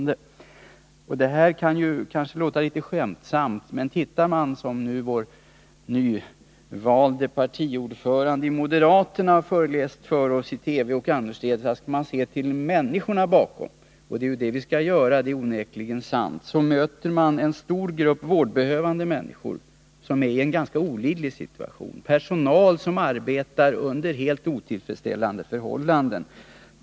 Det här kan ju låta litet skämtsamt, men ser vi, som den nyvalde partiordföranden för moderaterna föreläst för oss i TV och annorstädes att man skall göra, till människorna bakom — det är onekligen sant att vi bör göra på detta sätt — möter vi en stor grupp vårdbehövande människor som är i en ganska olidlig situation. Det gäller också personal som arbetar under helt otillfredsställande förhållanden.